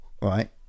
Right